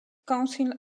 council